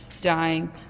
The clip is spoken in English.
dying